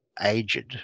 aged